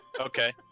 Okay